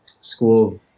school